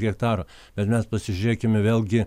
hektaro bet mes pasižiūrėkime vėlgi